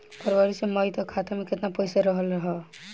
फरवरी से मई तक खाता में केतना पईसा रहल ह?